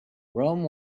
rome